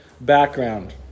background